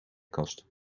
kast